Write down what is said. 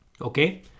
Okay